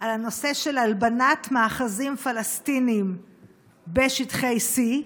על הנושא של הלבנת מאחזים פלסטיניים בשטחי C,